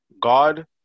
God